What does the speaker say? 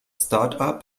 startup